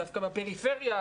דווקא בפריפריה,